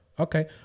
Okay